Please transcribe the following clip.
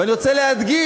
ואני רוצה להדגיש,